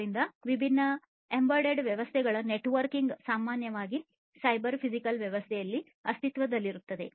ಆದ್ದರಿಂದ ವಿಭಿನ್ನ ಎಂಬೆಡೆಡ್ ವ್ಯವಸ್ಥೆಗಳ ನೆಟ್ವರ್ಕಿಂಗ್ ಸಾಮಾನ್ಯವಾಗಿ ಸೈಬರ್ ಫಿಸಿಕಲ್ ವ್ಯವಸ್ಥೆಯಲ್ಲಿ ಅಸ್ತಿತ್ವದಲ್ಲಿರುತ್ತದೆ